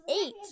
eight